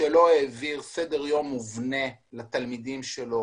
שלא העביר סדר יום מובנה לתלמידים שלו,